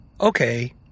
okay—